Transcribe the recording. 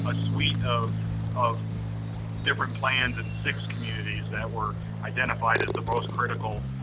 ah suite of of different plans in six communities that were identified as the most critical,